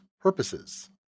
purposes